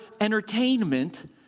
entertainment